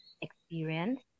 experience